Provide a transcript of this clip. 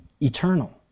eternal